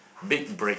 big break